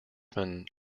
man